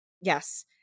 yes